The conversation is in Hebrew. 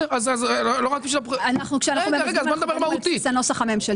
אז בוא נדבר מהותית.